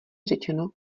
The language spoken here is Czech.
řečeno